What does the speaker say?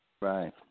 Right